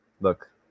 Look